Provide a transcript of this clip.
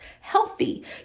healthy